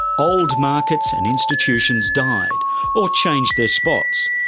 old markets and institutions died or changed their spots.